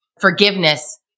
Forgiveness